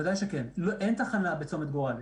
אין תחנה בצומת גורל.